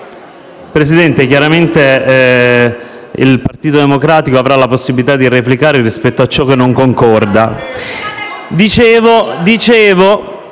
Presidente, chiaramente il Partito Democratico avrà la possibilità di replicare rispetto a ciò su cui non concorda.